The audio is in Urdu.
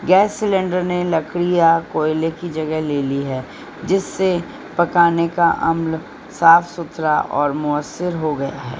گیس سلینڈر نے لکڑی یا کوئلے کی جگہ لے لی ہے جس سے پکانے کا عمل صاف ستھرا اور مؤثر ہو گیا ہے